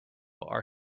our